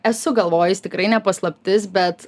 esu galvojus tikrai ne paslaptis bet